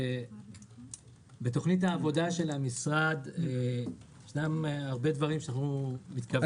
בתוכנית העבודה של המשרד יש הרבה דברים שאנחנו מתכוונים לעשות.